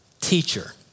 teacher